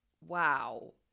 Wow